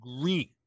green